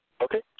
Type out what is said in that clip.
Okay